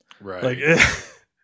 Right